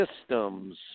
systems